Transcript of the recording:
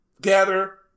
gather